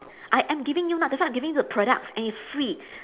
I am giving you ah that's why I'm giving you the product and it's free